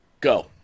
Go